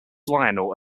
lionel